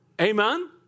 Amen